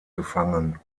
gefangen